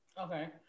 Okay